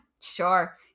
Sure